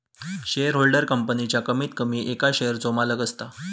shareholder कंपनीच्या कमीत कमी एका शेयरचो मालक असता